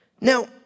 Now